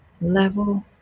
level